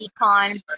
econ